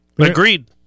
Agreed